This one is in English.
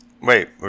Wait